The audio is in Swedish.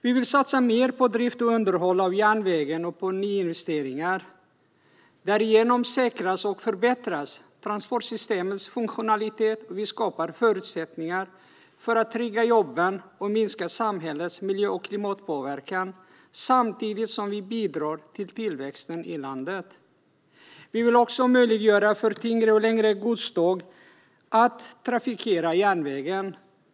Vi vill satsa mer på drift och underhåll av järnvägen och på nyinvesteringar. Därigenom säkras och förbättras transportsystemets funktionalitet, och vi skapar förutsättningar för att trygga jobben och minska samhällets miljö och klimatpåverkan samtidigt som vi bidrar till tillväxten i landet. Vi vill också möjliggöra för tyngre och längre godståg att trafikera järnvägen.